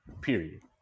period